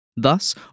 Thus